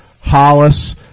Hollis